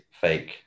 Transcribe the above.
fake